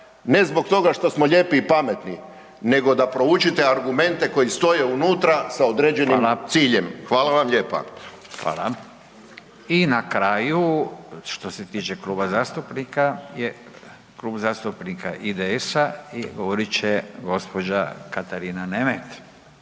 Ne zbog toga što smo lijepi i pametni, nego da proučite argumente koji stoje unutra …/Upadica: Fala/…sa određenim ciljem. Hvala vam lijepa. **Radin, Furio (Nezavisni)** Fala. I na kraju što se tiče kluba zastupnika je Klub zastupnika IDS-a i govorit će gđa. Katarina Nemet.